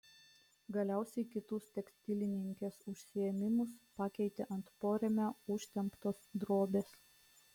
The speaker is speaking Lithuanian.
galiausiai kitus tekstilininkės užsiėmimus pakeitė ant porėmio užtemptos drobės